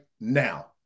now